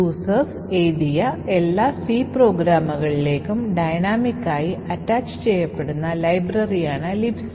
users എഴുതിയ എല്ലാ C പ്രോഗ്രാമുകളിലേക്കും dynamic ആയി അറ്റാച്ചുചെയ്യപ്പെടുന്ന ലൈബ്രറിയാണ് Libc